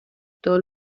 todos